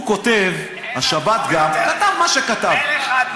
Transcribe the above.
הוא כותב, השבת הוא כתב מה שכתב, מלך האדמו"רים.